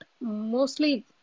mostly